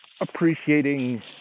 appreciating